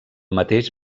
mateix